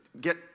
get